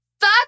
fuck